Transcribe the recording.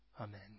amen